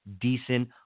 decent